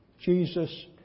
Jesus